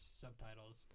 subtitles